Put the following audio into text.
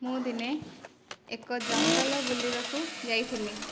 ମୁଁ ଦିନେ ଏକ ଜଙ୍ଗଲ ବୁଲିବାକୁ ଯାଇଥିଲି